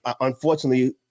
unfortunately